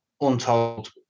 untold